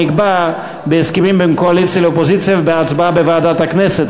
נקבע בהסכמים בין הקואליציה לאופוזיציה ובהצבעה בוועדת הכנסת.